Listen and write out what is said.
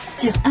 sur